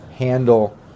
handle